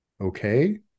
okay